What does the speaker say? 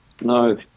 no